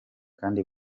kandi